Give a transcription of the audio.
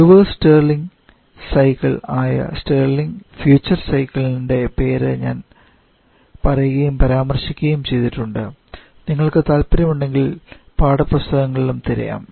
reverse stirling cycle ആയ stirling future സൈക്കിളിന്റെ പേര് ഞാൻ പറയുകയും പരാമർശിക്കുകയും ചെയ്തിട്ടുണ്ട് നിങ്ങൾക്ക് താൽപ്പര്യമുണ്ടെങ്കിൽ പുസ്തകങ്ങളിലും തിരയാം